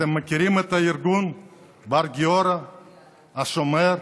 אתם מכירים את הארגונים בר-גיורא, השומר,